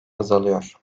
azalıyor